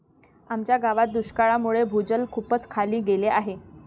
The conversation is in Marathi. आमच्या गावात दुष्काळामुळे भूजल खूपच खाली गेले आहे